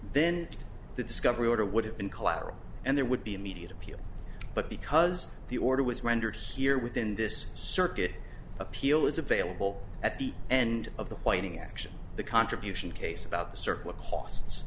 then the discovery order would have been collateral and there would be immediate appeal but because the order was rendered here within this circuit appeal is available at the end of the whiting action the contribution case about the circuit costs